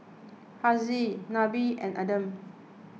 Haziq Nabil and Adam